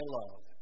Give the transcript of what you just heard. love